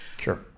Sure